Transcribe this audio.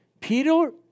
Peter